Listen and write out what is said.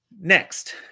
Next